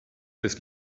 des